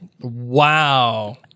Wow